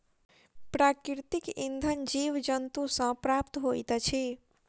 प्राकृतिक इंधन जीव जन्तु सॅ प्राप्त होइत अछि